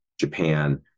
Japan